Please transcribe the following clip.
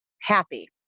happy